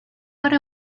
would